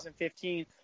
2015